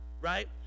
right